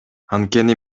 анткени